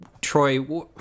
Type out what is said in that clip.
Troy